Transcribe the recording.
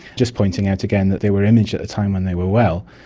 just pointing out again that they were imaged at the time when they were well,